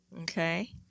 okay